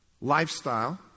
lifestyle